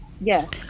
Yes